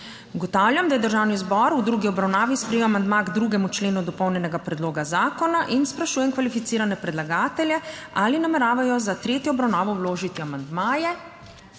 Ugotavljam, da je Državni zbor v drugi obravnavi sprejel amandma k 2. členu dopolnjenega predloga zakona in sprašujem kvalificirane predlagatelje ali nameravajo za tretjo obravnavo vložiti amandmaje?